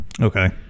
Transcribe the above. Okay